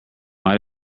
might